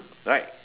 right